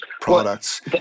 products